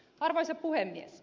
arvoisa puhemies